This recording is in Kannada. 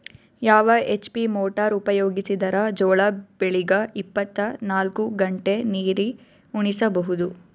ಯಾವ ಎಚ್.ಪಿ ಮೊಟಾರ್ ಉಪಯೋಗಿಸಿದರ ಜೋಳ ಬೆಳಿಗ ಇಪ್ಪತ ನಾಲ್ಕು ಗಂಟೆ ನೀರಿ ಉಣಿಸ ಬಹುದು?